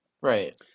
Right